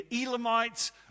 Elamites